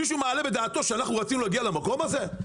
מישהו מעלה בדעתו שאנחנו רצינו להגיע למקום הזה?